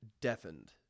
Deafened